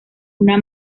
una